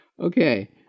Okay